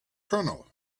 colonel